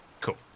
Cool